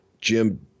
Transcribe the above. Jim